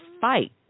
fight